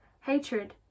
hatred